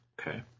Okay